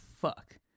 fuck